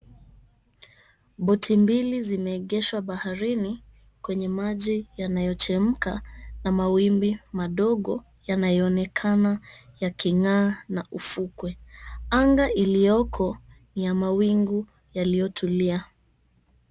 Boti mbili zimeegeshwa baharini kwenye maji yanayochemka na mawimbi madogo yanayoonekana ya king'aa na ufukwe. Anga iliyoko ni ya mawingu yaliyotulia.